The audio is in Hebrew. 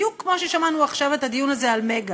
בדיוק כמו ששמענו עכשיו את הדיון הזה על "מגה",